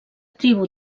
tribu